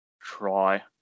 try